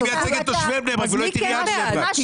אני מייצג את תושבי בני ברק ולא את עיריית בני ברק.